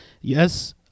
Yes